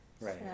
right